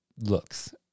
looks